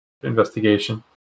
investigation